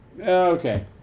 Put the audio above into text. Okay